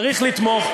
צריך לתמוך.